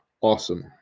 awesome